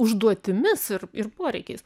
užduotimis ir ir poreikiais